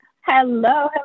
Hello